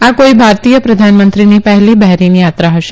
આ કોઈ ભારતીય પ્રધાનમંત્રીની પહેલી બહેરીન યાત્રા હશે